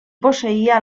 posseïa